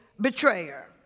betrayer